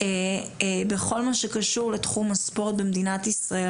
בכל מה שקשור לתחום הספורט במדינת ישראל.